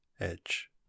edge